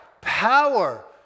Power